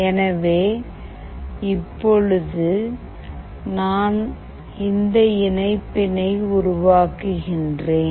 எனவே இப்போது நான் இந்த இணைப்பினை உருவாக்குகிறேன்